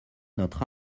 notre